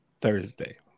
Thursday